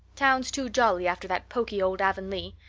town's too jolly after that poky old avonlea.